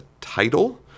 title